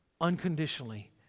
unconditionally